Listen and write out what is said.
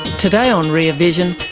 today on rear vision,